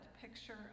picture